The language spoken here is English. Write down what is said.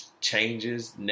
changes